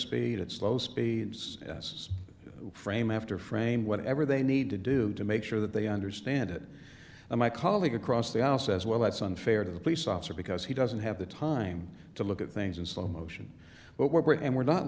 speed at slow speeds as frame after frame whatever they need to do to make sure that they understand it and my colleague across the aisle says well that's unfair to the police officer because he doesn't have the time to look at things in slow motion but we're